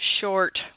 short